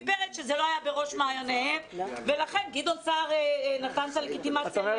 פרץ שזה לא היה בראש מעייניהם ולכן גדעון סער נתן את הלגיטימציה לאריאל.